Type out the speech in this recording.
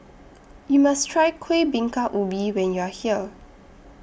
YOU must Try Kueh Bingka Ubi when YOU Are here